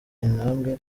intambwe